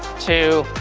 two,